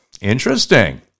interesting